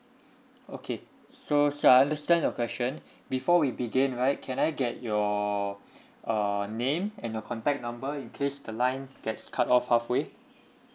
okay sir so I understand your question before we begin right can I get your uh name and your contact number in case the line gets cut off halfway